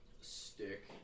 stick